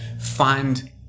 find